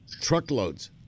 truckloads